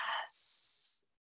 Yes